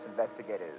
investigators